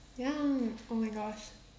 ya oh my gosh